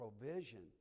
provision